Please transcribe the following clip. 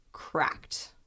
cracked